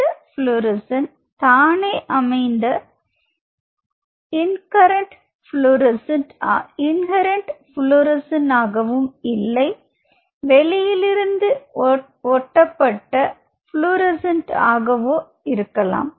இந்த புளோரசீன்ட் தானே அமைந்த இன்கரண்ட் புளோரசீன்ட் ஆகவும் இல்லை வெளியிலிருந்து ஒட்டப்பட்ட புளோரசீன்ட் ஆகவோ இருக்கலாம்